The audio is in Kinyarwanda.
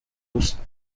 ubusa